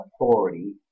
authority